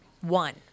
one